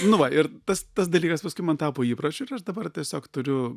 nu va ir tas tas dalykas paskui man tapo įpročiu ir aš dabar tiesiog turiu